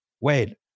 Wait